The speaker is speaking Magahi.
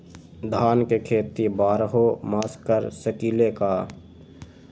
धान के खेती बारहों मास कर सकीले का?